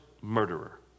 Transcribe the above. murderer